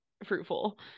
fruitful